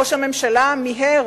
ראש הממשלה מיהר,